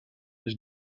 his